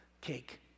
cake